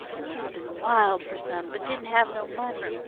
he's been wild fer some, but didn't have no money.